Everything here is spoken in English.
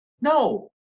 No